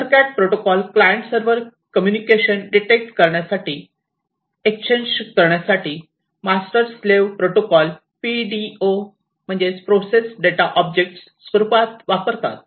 EtherCAT protocol client server communication detect करण्यासाठी exchange करण्यासाठी master slave protocol PDO process data object स्वरूपात वापरतात